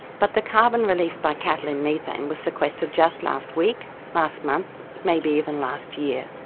but the carbon released by cattle in methane was sequestered just last week, last month, maybe even last year.